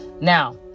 Now